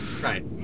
Right